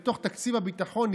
מתוך תקציב הביטחון,